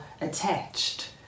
attached